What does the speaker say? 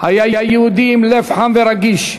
היה יהודי עם לב חם ורגיש,